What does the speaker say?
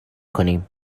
کنیم